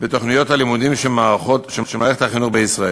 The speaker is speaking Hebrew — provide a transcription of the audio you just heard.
בתוכניות הלימודים של מערכת החינוך בישראל.